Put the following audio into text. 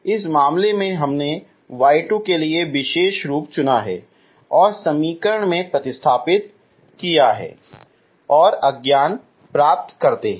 इस मामले में हमने y2 के लिए विशेष रूप चुना है और समीकरण में प्रतिस्थापित करते हैं और अज्ञात प्राप्त करते हैं